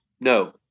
No